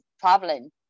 traveling